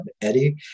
Eddie